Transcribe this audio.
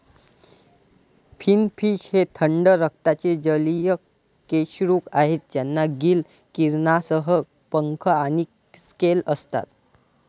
finfish हे थंड रक्ताचे जलीय कशेरुक आहेत ज्यांना गिल किरणांसह पंख आणि स्केल असतात